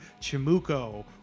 Chimuko